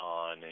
on